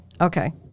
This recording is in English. okay